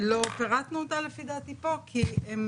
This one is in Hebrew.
לא פירטנו אותה לפי דעתי פה כי הם